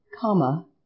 comma